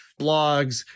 blogs